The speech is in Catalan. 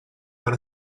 per